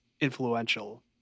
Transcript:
influential